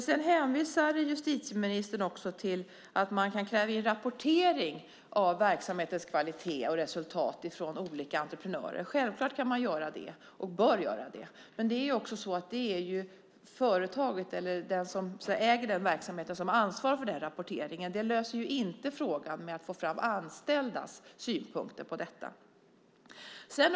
Sedan hänvisar justitieministern också till att man kan kräva in rapportering av verksamhetens kvalitet och resultat från olika entreprenörer. Självklart kan man göra det - och bör göra det. Men det är företaget, eller den som äger verksamheten, som ansvarar för den rapporteringen. Det löser inte frågan om att få fram anställdas synpunkter.